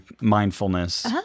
mindfulness